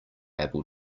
able